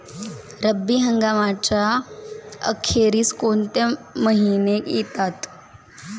रब्बी हंगामाच्या अखेरीस कोणते महिने येतात?